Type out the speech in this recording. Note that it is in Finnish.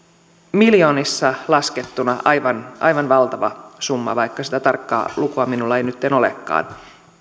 miljoonissa laskettuna aivan aivan valtava summa vaikka sitä tarkkaa lukua minulla ei nytten olekaan